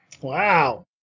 Wow